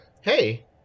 hey